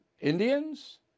Indians